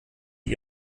sie